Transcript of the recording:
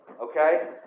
Okay